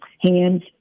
hands